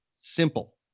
simple